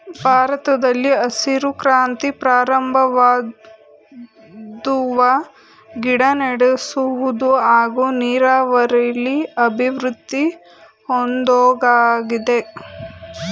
ಭಾರತದಲ್ಲಿ ಹಸಿರು ಕ್ರಾಂತಿ ಪ್ರಾರಂಭವಾದ್ವು ಗಿಡನೆಡುವುದು ಹಾಗೂ ನೀರಾವರಿಲಿ ಅಭಿವೃದ್ದಿ ಹೊಂದೋದಾಗಿದೆ